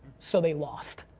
so they lost.